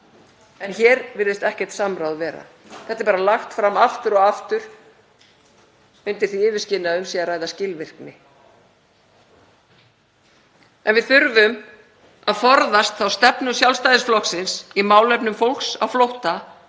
en hér virðist ekkert samráð vera. Þetta er bara lagt fram aftur og aftur undir því yfirskini að um sé að ræða skilvirkni. En við þurfum að forðast þá stefnu Sjálfstæðisflokksins í málefnum fólks á flótta